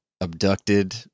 abducted